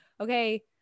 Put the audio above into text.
okay